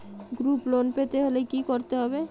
Group loan পেতে হলে কি করতে হবে?